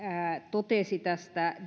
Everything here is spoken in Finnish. totesi tästä